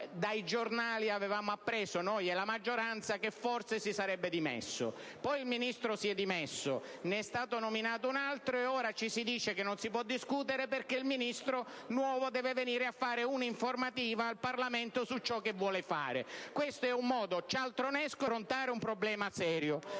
dai giornali avevamo appreso, noi e la maggioranza - forse si sarebbe dimesso. Poi si è dimesso, ne è stato nominato un altro, e ora ci si dice che non si può discutere perché il nuovo Ministro deve venire a rendere un'informativa al Parlamento su ciò che vuole fare. Questo è un modo cialtronesco di affrontare un problema serio.